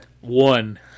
One